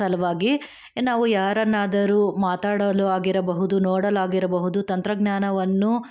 ಸಲುವಾಗಿ ನಾವು ಯಾರನ್ನಾದರೂ ಮಾತಾಡಲು ಆಗಿರಬಹುದು ನೋಡಲು ಆಗಿರಬಹುದು ತಂತ್ರಜ್ಞಾನವನ್ನು